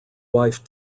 wife